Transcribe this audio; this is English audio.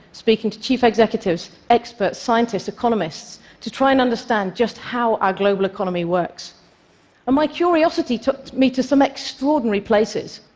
speaking to chief executives, experts, scientists, economists to try to and understand just how our global economy works. and my curiosity took me to some extraordinary places.